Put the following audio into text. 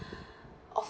awful